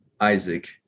isaac